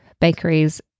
bakeries